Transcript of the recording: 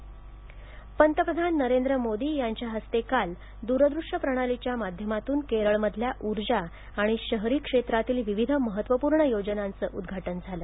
पंतप्रधान केरळ पंतप्रधान नरेंद्र मोदी यांच्या हस्ते काल दूरदृष्य प्रणालीच्या माध्यमातून केरळमधल्या ऊर्जा आणि शहरी क्षेत्रातील विविध महत्त्वपूर्ण योजनाचं उद्घाटन झालं